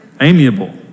Amiable